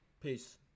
Peace